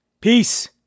peace